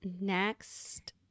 next